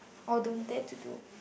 or don't dare to do